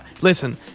listen